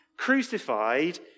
crucified